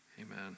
Amen